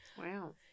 Wow